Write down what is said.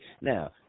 Now